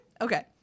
okay